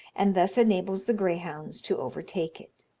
and thus enables the greyhounds to overtake it.